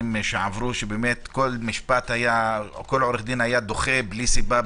שעברו שכל עורך דין היה דוחה בלי סיבה.